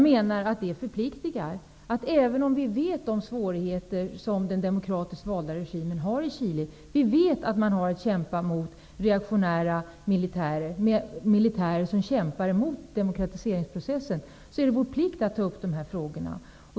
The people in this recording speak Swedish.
Även om vi känner till de svårigheter som den demokratiskt valda regimen har i Chile -- vi vet att man har att kämpa mot reaktionära militärer som motarbetar demokratiseringsprocessen -- är det ändå vår plikt att ta upp dessa frågor.